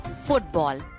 football